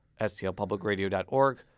STLPublicRadio.org